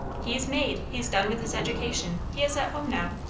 he's made. he's done with his education. he is at home now.